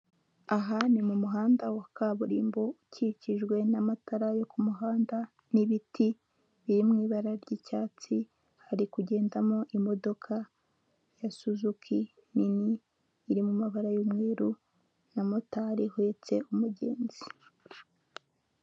Aha ni mu muhanda wa kaburimbo ukikijwe n'amatara yo ku muhanda n'ibiti biri mu ibara ry'icyatsi, hari kugendamo imodoka ya suzuki nini iri mu mabara y'umweru na motari uhetse umugenzi.